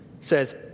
says